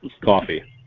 Coffee